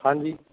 ਹਾਂਜੀ